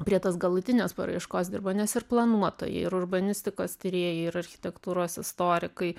prie tos galutinės paraiškos dirbo nes ir planuotojai ir urbanistikos tyrėjai ir architektūros istorikai